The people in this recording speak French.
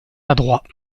adroit